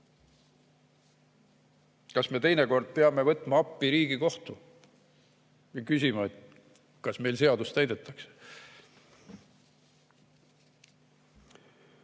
Kas me teinekord peame võtma appi Riigikohtu ja küsima, kas meil seadust täidetakse?